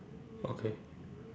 okay